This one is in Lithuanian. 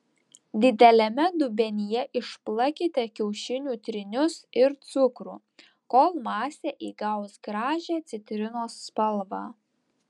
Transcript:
dideliame dubenyje išplakite kiaušinių trynius ir cukrų kol masė įgaus gražią citrinos spalvą